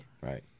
Right